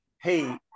hey